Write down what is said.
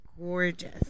gorgeous